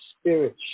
spirit